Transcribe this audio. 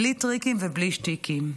בלי טריקים ובלי שטיקים.